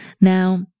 Now